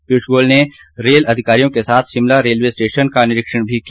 पीयूष गोयल ने रेल अधिकारियों के साथ शिमला रेलवे स्टेशन का भी निरीक्षण किया